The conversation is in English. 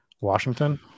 Washington